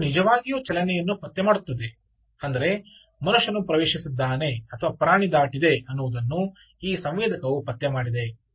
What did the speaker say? ಇದು ನಿಜವಾಗಿಯೂ ಚಲನೆಯನ್ನು ಪತ್ತೆ ಮಾಡುತ್ತದೆ ಅಂದರೆ ಮನುಷ್ಯನು ಪ್ರವೇಶಿಸಿದ್ದಾನೆ ಅಥವಾ ಪ್ರಾಣಿ ದಾಟಿದೆ ಅನ್ನುವುದನ್ನು ಈ ಸಂವೇದಕವು ಪತ್ತೆ ಮಾಡಿದೆ